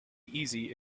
easy